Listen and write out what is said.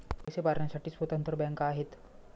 पैसे भरण्यासाठी स्वतंत्र बँका आहेत